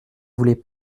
voulait